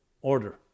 order